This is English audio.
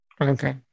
Okay